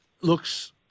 looks